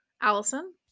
Allison